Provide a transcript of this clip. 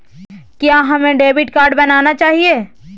क्या हमें debit card बनाना चाहिए?